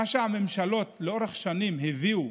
מה שהממשלות לאורך השנים הביאו,